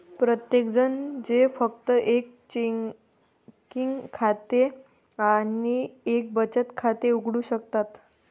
प्रत्येकजण जे फक्त एक चेकिंग खाते आणि एक बचत खाते उघडू शकतात